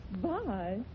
Bye